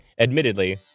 Admittedly